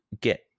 Get